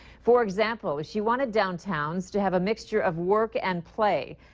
for example, she wanted downtowns to have a mixture of work and play.